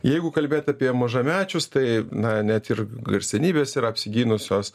jeigu kalbėt apie mažamečius tai na net ir garsenybės ir apsigynusios